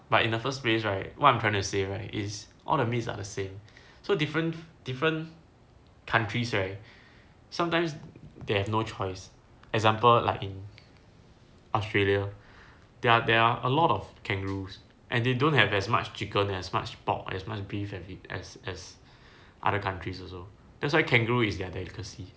but in the first place right what I'm trying to say right is all the meats are the same so different different countries right sometimes they have no choice example like in australia there are there are a lot of kangaroos and they don't have as much chicken as much pork as much beef and as as other countries also that's why kangaroo is their delicacy